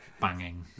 banging